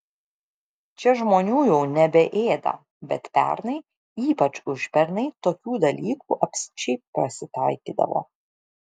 čia žmonių jau nebeėda bet pernai ypač užpernai tokių dalykų apsčiai pasitaikydavo